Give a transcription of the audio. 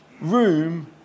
room